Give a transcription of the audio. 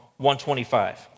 125